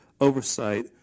oversight